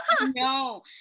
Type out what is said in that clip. No